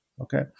okay